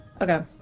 Okay